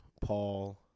Paul